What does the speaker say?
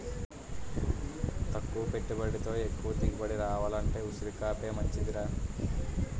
తక్కువ పెట్టుబడితో ఎక్కువ దిగుబడి రావాలంటే ఉసిరికాపే మంచిదిరా